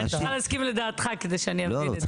אני צריכה להסכים לדעתך כדי שאני אבין את זה.